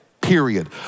period